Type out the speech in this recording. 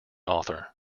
author